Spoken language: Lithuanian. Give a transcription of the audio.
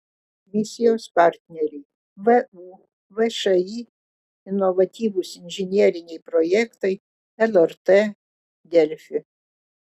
misijos partneriai vu všį inovatyvūs inžineriniai projektai lrt delfi